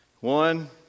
One